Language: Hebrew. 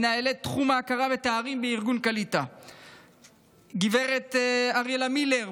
מנהלת תחום ההכרה בתארים בארגון "קעליטה"; גב' אריאלה מילר,